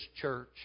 church